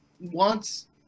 wants